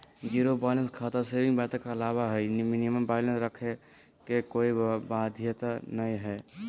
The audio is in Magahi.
जीरो बैलेंस खाता सेविंग खाता कहलावय हय मिनिमम बैलेंस रखे के कोय बाध्यता नय रहो हय